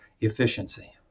efficiency